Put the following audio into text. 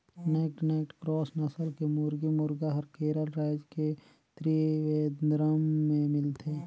naked neck cross नसल के मुरगी, मुरगा हर केरल रायज के त्रिवेंद्रम में मिलथे